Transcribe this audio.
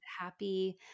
Happy